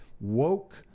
woke